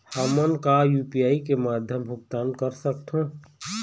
हमन का यू.पी.आई के माध्यम भुगतान कर सकथों?